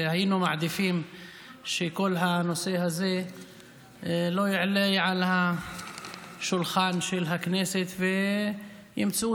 והיינו מעדיפים שכל הנושא הזה לא יעלה על השולחן של הכנסת וימצאו